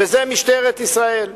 וזה משטרת ישראל.